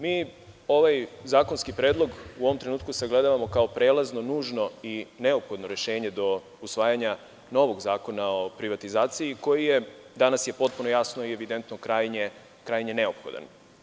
Mi ovaj zakonski predlog u ovom trenutku sagledavamo kao prelazno, nužno i neophodno rešenje do usvajanja novog zakona o privatizaciji, koji je, danas je potpuno jasno i evidentno, krajnje neophodan.